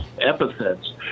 epithets